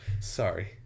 Sorry